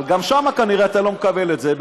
אבל כנראה גם שם אתה לא מקבל את זה,